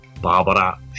Barbara